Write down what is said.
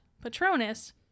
Patronus